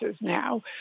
now